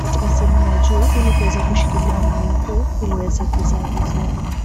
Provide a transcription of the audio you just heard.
katika sehemu ya juu ili kuweza kushikilia mmea huu ili uweze kuzaa vizuri.